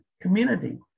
community